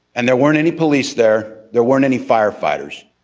and there weren't any police there, there weren't any firefighters.